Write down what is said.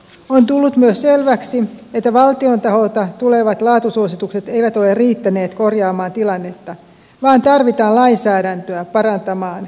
on tullut myös selväksi että valtion taholta tulevat laatusuositukset eivät ole riittäneet korjaamaan tilannetta vaan tarvitaan lainsäädäntöä parantamaan vanhusten asemaa